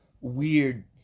weird